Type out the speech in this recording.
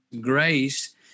grace